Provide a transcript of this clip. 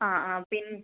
ആ ആ പിന്നെ